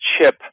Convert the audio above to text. chip